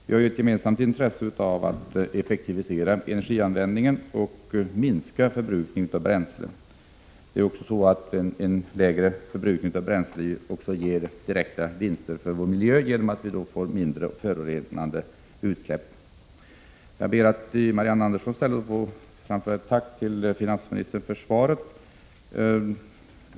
Vi har ett gemensamt intresse av att effektivisera energianvändningen och minska förbrukningen av bränsle. En lägre förbrukning av bränsle ger också direkta vinster för miljön genom att de förorenande utsläppen minskar. Jag ber att i Marianne Anderssons ställe få framföra ett tack till finansministern för svaret.